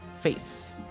face